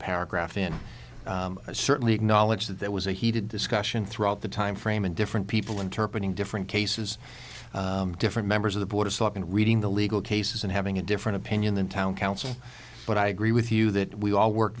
paragraph in i certainly acknowledge that there was a heated discussion throughout the timeframe and different people interpret in different cases different members of the border and reading the legal cases and having a different opinion than town council but i agree with you that we all work